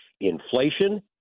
inflation